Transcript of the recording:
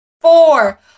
Four